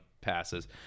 passes